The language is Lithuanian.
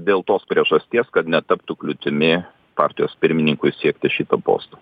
dėl tos priežasties kad netaptų kliūtimi partijos pirmininkui siekti šito posto